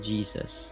Jesus